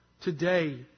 Today